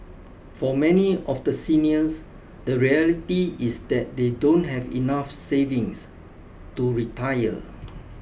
for many of the seniors the reality is that they don't have enough savings to retire